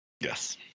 Yes